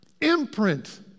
imprint